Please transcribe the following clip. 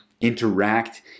interact